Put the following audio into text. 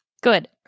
Good